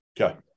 Okay